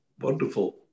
wonderful